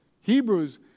Hebrews